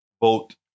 vote